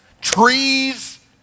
trees